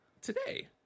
today